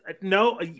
No